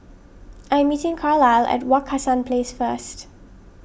I am meeting Carlyle at Wak Hassan Place first